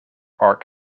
arc